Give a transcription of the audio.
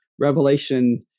Revelation